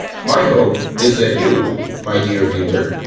my hope is that you, my dear viewer,